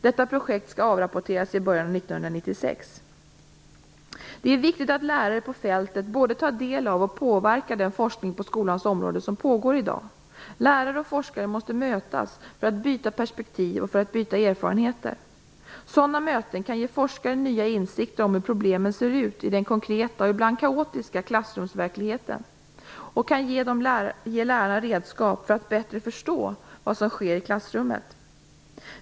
Detta projekt skall avrapporteras i början av 1996. Det är viktigt att lärare på fältet både tar del av och påverkar den forskning på skolans område som pågår i dag. Lärare och forskare måste mötas för att byta perspektiv och erfarenheter. Sådana möten kan ge forskare nya insikter om hur problemen ser ut i den konkreta och ibland kaotiska klassrumsverkligheten, och de kan ge lärare redskap för att bättre förstå vad som sker i klassrummet.